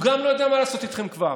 גם הוא לא יודע מה לעשות איתכם כבר.